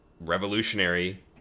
revolutionary